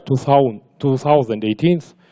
2018